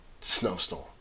snowstorm